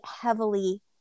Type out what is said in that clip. heavily